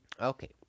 Okay